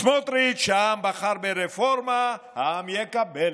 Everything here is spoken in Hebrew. סמוטריץ: העם בחר ברפורמה, העם יקבל